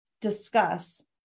discuss